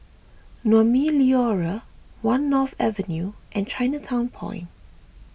Naumi Liora one North Avenue and Chinatown Point